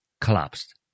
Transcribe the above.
collapsed